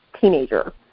teenager